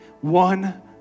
one